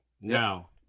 Now